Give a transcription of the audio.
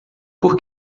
por